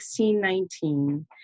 1619